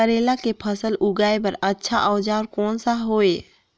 करेला के फसल उगाई बार अच्छा औजार कोन सा हवे?